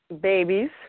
Babies